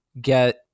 get